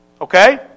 Okay